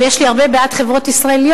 אבל יש לי הרבה בעד חברות ישראליות.